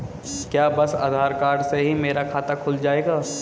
क्या बस आधार कार्ड से ही मेरा खाता खुल जाएगा?